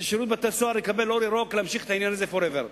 ושירות בתי-הסוהר יקבל אור ירוק להמשיך את העניין הזה forever.